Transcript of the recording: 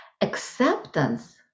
Acceptance